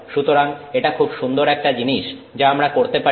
সুতরাং এটা খুব সুন্দর একটা জিনিস যা আমরা করতে পারি